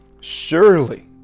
Surely